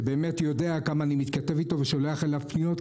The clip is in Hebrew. שיודע כמה אני מתכתב אתו ושולח אליו פניות,